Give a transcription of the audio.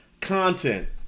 content